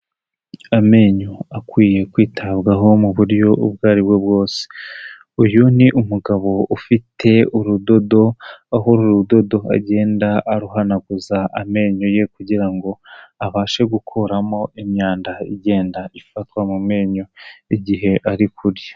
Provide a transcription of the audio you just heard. Amenyo akwiye kwitabwaho muburyo ubwo aribwo bwose, uyu ni umugabo ufite urudodo, aho uru rudodo agenda aruhanaguza amenyo ye, kugira ngo abashe gukuramo imyanda igenda ifatwa mu menyo igihe ari kurya.